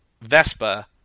vespa